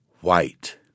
white